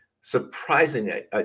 surprisingly